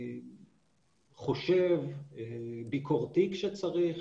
חושב, ביקורתי כשצריך,